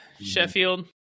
Sheffield